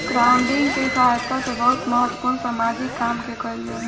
crowdfunding के सहायता से बहुत महत्वपूर्ण सामाजिक काम के कईल जाला